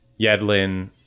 Yedlin